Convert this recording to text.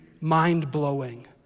mind-blowing